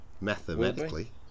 Mathematically